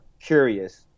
curious